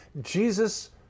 Jesus